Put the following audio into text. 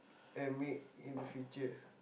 and make in the future